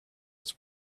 its